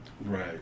Right